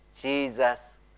Jesus